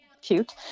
cute